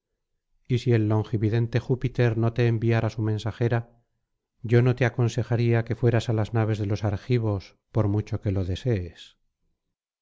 y si el lon júpiter no te enviara su mensajera yo no te aconsejaría que fueras á las naves de los argivos por mucho que lo desees